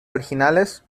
originales